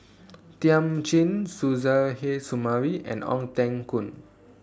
Thiam Chin Suzairhe Sumari and Ong Teng Koon